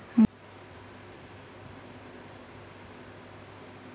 jackfruit বা কাঁঠাল বাংলার একটি বিখ্যাত ফল এবং এথেকে প্রচুর ফায়দা করা য়ায়